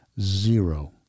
zero